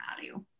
value